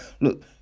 Look